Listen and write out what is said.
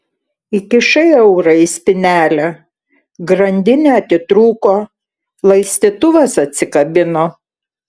įkišai eurą į spynelę grandinė atitrūko laistytuvas atsikabino